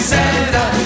Santa